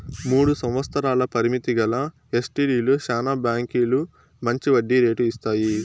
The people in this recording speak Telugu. మూడు సంవత్సరాల పరిమితి గల ఎస్టీడీలో శానా బాంకీలు మంచి వడ్డీ రేటు ఇస్తాయి